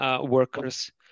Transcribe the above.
workers